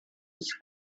was